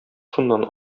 шуннан